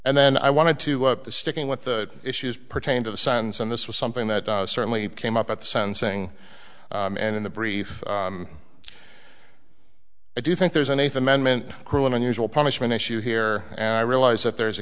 and then i wanted to up the sticking with the issues pertaining to the science and this was something that certainly came up at the sentencing and in the brief i do think there's an eighth amendment cruel and unusual punishment issue here and i realize that there is a